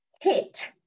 hit